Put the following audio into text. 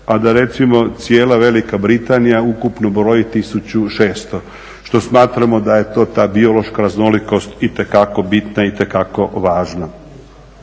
a da recimo cijela Velika Britanija ukupno broji 1600 što smatramo da je to ta biološka raznolikost itekako bitna, itekako važna.